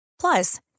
Plus